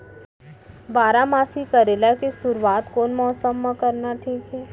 बारामासी करेला के शुरुवात कोन मौसम मा करना ठीक हे?